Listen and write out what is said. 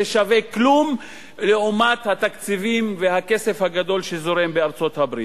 זה שווה כלום לעומת התקציבים והכסף הגדול שזורם בארצות-הברית.